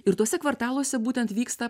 ir tuose kvartaluose būtent vyksta